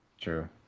True